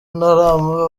ntarama